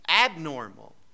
abnormal